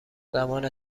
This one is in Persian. زمان